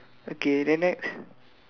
okay then next